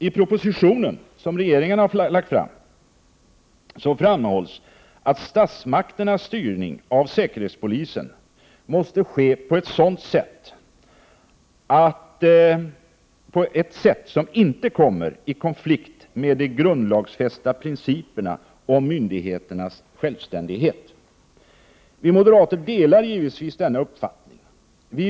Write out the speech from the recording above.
I propositionen framhålls att statsmakternas styrning av säkerhetspolisen måste ske på ett sätt som inte kommer i konflikt med de grundlagsfästa principerna om myndigheternas självständighet. Vi moderater delar givetvis denna uppfattning.